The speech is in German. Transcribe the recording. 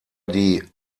die